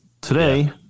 Today